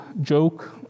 joke